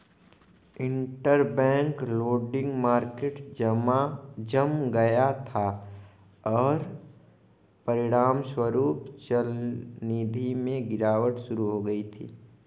interbank lending market जम गया था, और परिणामस्वरूप चलनिधि में गिरावट शुरू हो गई थी